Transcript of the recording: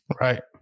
Right